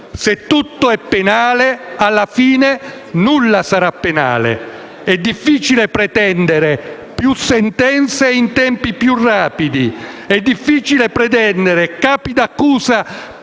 Se tutto è penale, alla fine nulla sarà penale. È difficile pretendere più sentenze in tempi più rapidi e capi d'accusa